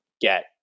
get